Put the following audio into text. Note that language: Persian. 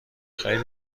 خیلی